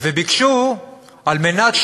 כאב לב.